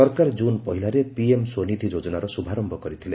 ସରକାର କୁନ୍ ପହିଲାରେ ପିଏମ୍ ସ୍ୱନିଧି ଯୋଜନାର ଶୁଭାରୟ କରିଥିଲେ